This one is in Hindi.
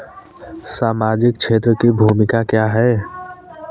सामाजिक क्षेत्र की भूमिका क्या है?